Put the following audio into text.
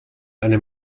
eine